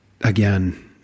Again